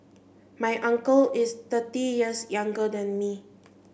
my uncle is thirty years younger than me